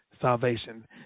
salvation